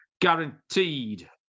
guaranteed